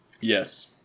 Yes